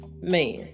man